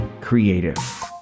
creative